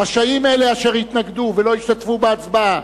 רשאים אלה אשר התנגדו ולא השתתפו בהצבעה,